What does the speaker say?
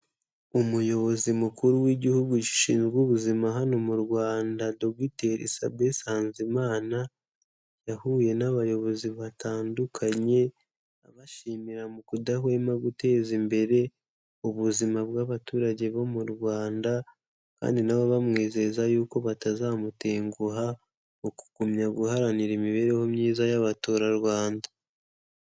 Umuyobozi mukuru w'igihugu gishinzwe ubuzima hano mu Rwanda Dr Sabin Nsanzimana yahuye n'abayobozi batandukanye abashimira mu kudahwema guteza imbere ubuzima bw'abaturage bo mu Rwanda kandi nabo bamwizeza y'uko batazamutenguha mu kugumya guharanira imibereho myiza y'Abaturarwanda.